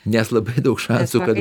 nes labai daug šansų kad